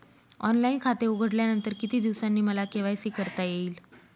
Online खाते उघडल्यानंतर किती दिवसांनी मला के.वाय.सी करता येईल?